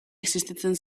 existitzen